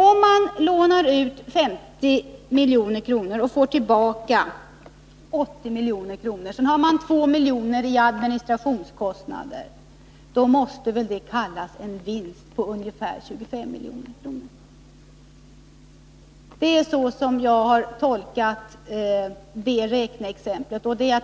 Om man lånar ut 50 miljoner och får tillbaka 80 miljoner och man har 2 miljoner i administrationskostnader, då måste det väl uppstå en vinst på ungefär 25 miljoner? Så har jag tolkat räkneexemplet, och det är